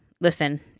listen